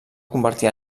convertir